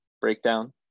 breakdown